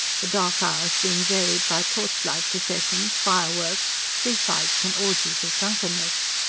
the dark hours being varied by torchlight processions, fireworks, free fights and orgies of drunkenness.